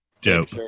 Dope